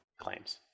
claims